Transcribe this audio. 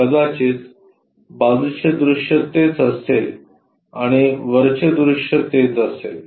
कदाचित बाजूचे दृश्य तेच असेल आणि वरचे दृश्य तेच असेल